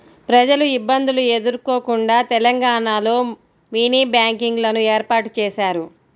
ప్రజలు ఇబ్బందులు ఎదుర్కోకుండా తెలంగాణలో మినీ బ్యాంకింగ్ లను ఏర్పాటు చేశారు